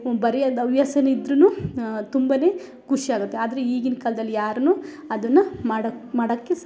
ಬರೆಯೋದ್ ಹವ್ಯಾಸ ಇದ್ರು ತುಂಬ ಖುಷಿಯಾಗತ್ತೆ ಆದರೆ ಈಗಿನ ಕಾಲದಲ್ಲಿ ಯಾರನ್ನು ಅದನ್ನ ಮಾಡು ಮಾಡೋಕೆ ಸ್